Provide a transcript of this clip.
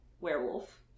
Werewolf